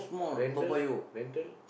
rental rental